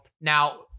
now